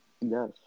Yes